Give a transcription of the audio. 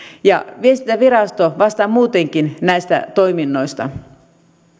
ja viestintävirasto vastaa muutenkin näistä toiminnoista